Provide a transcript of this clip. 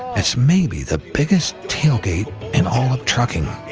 it's maybe the biggest tailgate and all the trucking.